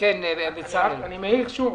אני מעיר שוב.